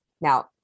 now